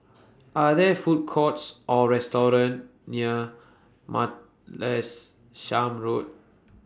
Are There Food Courts Or restaurants near Martlesham Road